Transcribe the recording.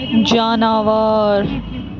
جاناوار